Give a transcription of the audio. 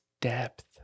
depth